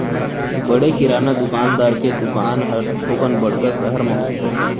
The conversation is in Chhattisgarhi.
बड़े किराना दुकानदार के दुकान हर थोकन बड़का सहर म होथे